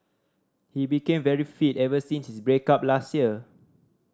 he became very fit ever since his break up last year